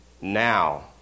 now